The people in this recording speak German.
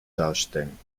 darstellen